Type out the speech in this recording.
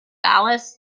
alice